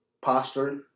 posture